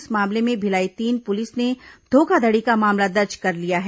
इस मामले में भिलाई तीन पुलिस ने धोखाधड़ी का मामला दर्ज कर लिया है